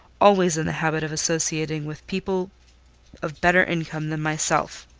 always in the habit of associating with people of better income than myself.